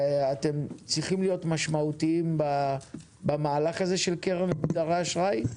ואתם צריכים להיות משמעותיים במהלך הזה של קרן למודרי אשראי,